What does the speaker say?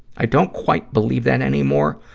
i don't quite believe that anymore,